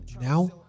now